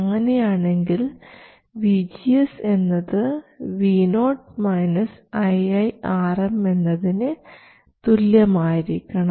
അങ്ങനെയാണെങ്കിൽ vgs എന്നത് vo iiRm എന്നതിന് തുല്യമായിരിക്കണം